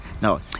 no